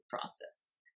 process